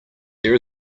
there